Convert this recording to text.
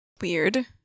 Weird